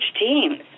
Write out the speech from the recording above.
teams